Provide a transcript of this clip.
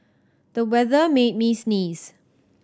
the weather made me sneeze